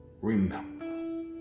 remember